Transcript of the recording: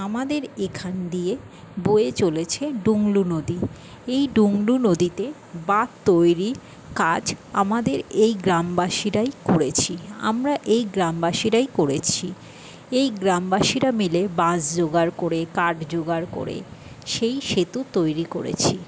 আমাদের এখান দিয়ে বয়ে চলেছে ডুংলু নদী এই ডুংলু নদীতে বাঁধ তৈরির কাজ আমাদের এই গ্রামবাসীরাই করেছি আমরা এই গ্রামবাসীরাই করেছি এই গ্রামবাসীরা মিলে বাঁশ জোগাড় করে কাঠ জোগাড় করে সেই সেতু তৈরি করেছি